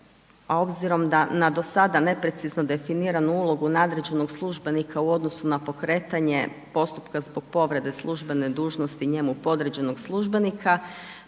obzirom da na do sada neprecizno definiran ulog u nadređenog službenika u odnosu na pokretanje postupka zbog povrede službene dužnosti i njemu podređenog službenika,